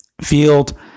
field